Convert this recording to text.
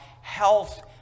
health